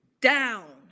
down